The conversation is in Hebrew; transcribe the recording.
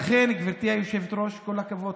לכן, גברתי היושבת-ראש, כל הכבוד.